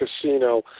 casino